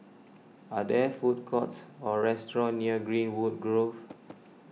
are there food courts or restaurants near Greenwood Grove